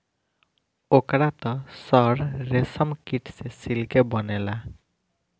ओकर त सर रेशमकीट से सिल्के बनेला